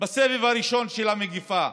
בסבב הראשון של המגפה,